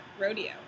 rodeo